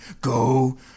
Go